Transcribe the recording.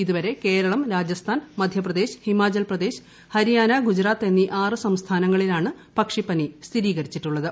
ഇതുവരെ കേരളം രാജസ്ഥാൻ മധ്യപ്രദേശ് ഹിമാചൽപ്രദേശ് ഹരിയാന ഗുജറാത്ത് എന്നീ ആറ് സംസ്ഥാനങ്ങളിലാണ് പക്ഷിപ്പനി സ്ഥിരീകരിച്ചിട്ടുള്ളത്